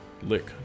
lick